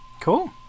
Cool